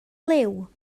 liw